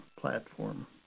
platform